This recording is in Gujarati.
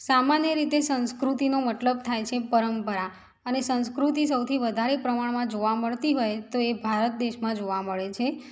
સામાન્ય રીતે સંસ્કૃતિનો મતલબ થાય છે પરંપરા અને સંસ્કૃતિ સૌથી વધારે પ્રમાણમાં જોવા મળતી હોય તો એ ભારત દેશમાં જોવા મળે છે